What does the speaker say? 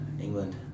England